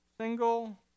single